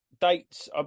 dates